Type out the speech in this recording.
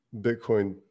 Bitcoin